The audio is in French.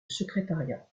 secrétariat